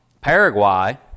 Paraguay